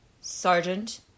Sergeant